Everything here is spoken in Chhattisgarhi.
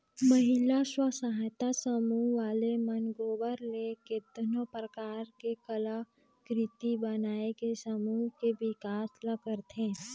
महिला स्व सहायता समूह वाले मन गोबर ले केतनो परकार के कलाकृति बनायके समूह के बिकास ल करथे